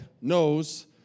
knows